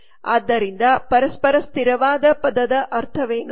ಆದ್ದರಿಂದ ಪರಸ್ಪರ ಸ್ಥಿರವಾದ ಪದದ ಅರ್ಥವೇನು